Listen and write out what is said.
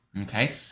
Okay